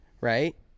right